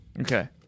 Okay